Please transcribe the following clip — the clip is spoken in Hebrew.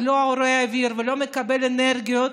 לא רואה אוויר ולא מקבל אנרגיות.